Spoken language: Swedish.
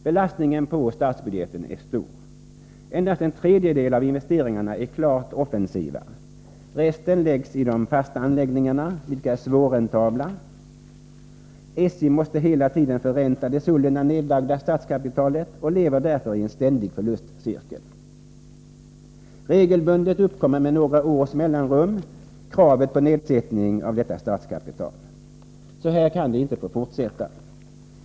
Belastningen på statsbudgeten är stor. Endast en tredjedel av investeringarna är klart offensiv. Resten läggs i de fasta anläggningarna, vilka är svårräntabla. SJ måste hela tiden förränta det sålunda nedlagda statskapitalet och lever därför i en ständig förlustcirkel. Med några års mellanrum uppkommer regelbundet kravet på nedsättning av detta statskapital. Så här kan det inte få fortsätta.